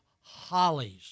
hollies